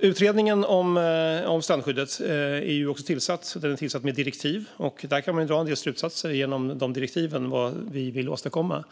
Utredningen om strandskyddet är tillsatt med direktiv, och man kan genom direktiven dra en del slutsatser om vad vi vill åstadkomma.